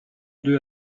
deux